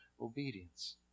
obedience